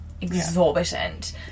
exorbitant